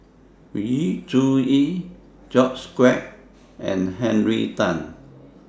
Yu Zhuye George Quek and Henry Tan